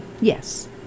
Yes